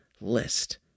list